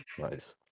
nice